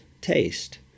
taste